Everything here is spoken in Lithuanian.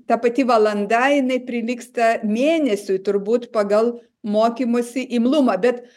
ta pati valanda jinai prilygsta mėnesiui turbūt pagal mokymosi imlumą bet